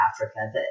Africa